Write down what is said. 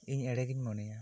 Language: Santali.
ᱤᱧ ᱮᱲᱮ ᱜᱤᱧ ᱢᱚᱱᱮᱭᱟ